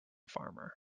farmer